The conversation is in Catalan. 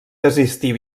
desistir